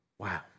Wow